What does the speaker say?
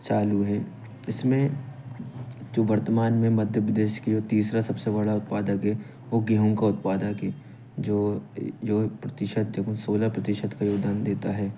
चालू है इसमें जो वर्तमान में मध्य प्रदेश की वह तीसरा सबसे बड़ा उत्पादक है वह गेहूँ का उत्पादक है जो जो प्रतिशत दे उन सोलह प्रतिशत का योगदान देता है